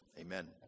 Amen